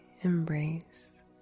embrace